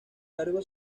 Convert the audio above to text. cargo